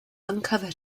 uncover